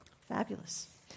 Fabulous